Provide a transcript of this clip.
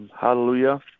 Hallelujah